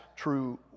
true